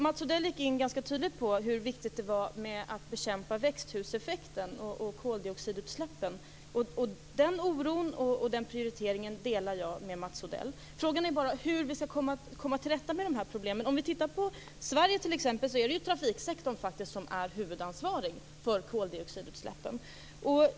Mats Odell gick in ganska tydligt på hur viktigt det är att bekämpa växthuseffekten och koldioxidutsläppen. Den oron och den prioriteringen delar jag med Mats Odell. Frågan är bara hur vi skall komma till rätta med dessa problem. Om vi tittar på Sverige ser vi att det är trafiksektorn som är huvudansvarig för koldioxidutsläppen.